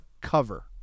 cover